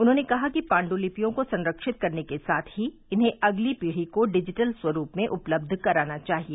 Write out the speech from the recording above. उन्होंने कहा कि पाण्ड्लिपियों को संरक्षित करने के साथ ही इन्हें अगली पीढ़ी को डिजिटल स्वरूप में उपलब्ध कराना चाहिए